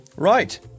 Right